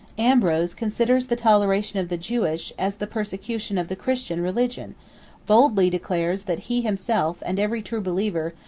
ambrose considers the toleration of the jewish, as the persecution of the christian, religion boldly declares that he himself, and every true believer,